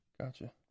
Gotcha